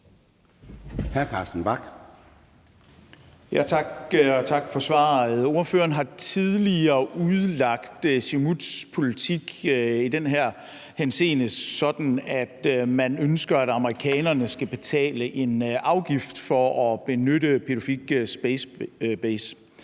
tak for svaret. Ordføreren har tidligere udlagt Siumuts politik i den her henseende sådan, at man ønsker, at amerikanerne skal betale en afgift for at benytte Pituffik Space Base.